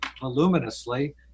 voluminously